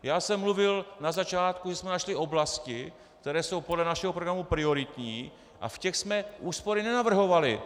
Já jsem mluvil na začátku, že jsme našli oblasti, které jsou podle našeho programu prioritní, a v těch jsme úspory nenavrhovali!